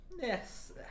Yes